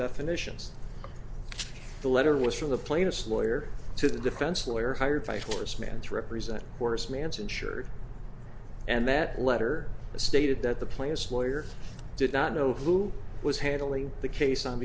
definitions the letter was from the plaintiff's lawyer to the defense lawyer hired by horace mann to represent horace mance insured and that letter stated that the players lawyer did not know who was handling the case on